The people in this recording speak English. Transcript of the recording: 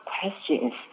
questions